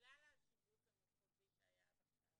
בגלל השיבוץ המחוזי שהיה עד עכשיו